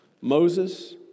Moses